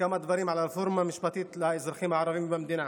כמה דברים על הרפורמה המשפטית לאזרחים הערבים במדינה.